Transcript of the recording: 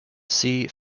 see